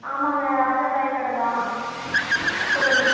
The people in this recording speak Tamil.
ஆமாம்ங்க ராஜா காய் கடை தான் சொல்லுங்கள்